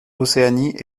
océanie